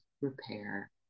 repair